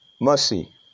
mercy